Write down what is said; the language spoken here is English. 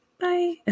Bye